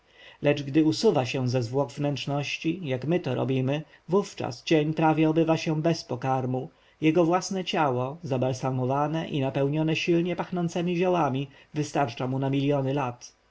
lecz gdy usuwa się ze zwłok wnętrzności jak my to robimy wówczas cień prawie obywa się bez pokarmu jego własne ciało zabalsamowane i napełnione silnie pachnącemi ziołami wystarcza mu na miljony lat